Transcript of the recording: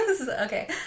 Okay